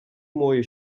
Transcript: мої